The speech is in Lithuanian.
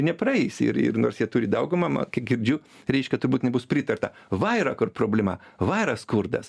nepraeis ir ir nors jie turi daugumą ma kai girdžiu reiškia turbūt nebus pritarta va yra kur problema va yra skurdas